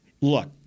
look